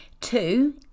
Two